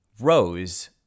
Rose